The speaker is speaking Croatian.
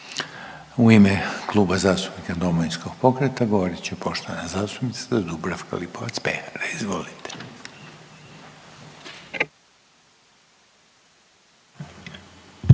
U ime Kluba zastupnika Domovinskog pokreta govorit će poštovana zastupnica Dubravka Lipovac Pehar. Izvolite.